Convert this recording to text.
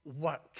work